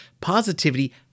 positivity